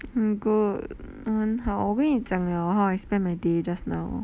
mm good mm 很好我给你讲 liao how I spent my day just now